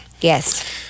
Yes